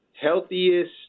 healthiest